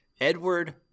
Edward